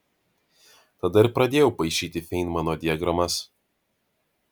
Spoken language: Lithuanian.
tada ir pradėjau paišyti feinmano diagramas